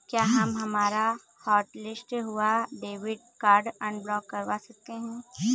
क्या हम हमारा हॉटलिस्ट हुआ डेबिट कार्ड अनब्लॉक करवा सकते हैं?